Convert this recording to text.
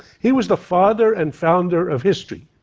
he was the father and founder of history.